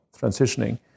transitioning